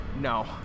No